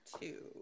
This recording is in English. two